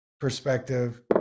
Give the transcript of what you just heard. perspective